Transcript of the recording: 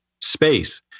space